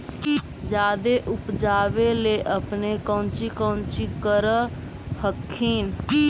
जादे उपजाबे ले अपने कौची कौची कर हखिन?